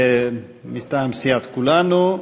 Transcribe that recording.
מטעם סיעת כולנו.